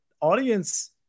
audience